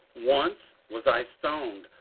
once was i stoned,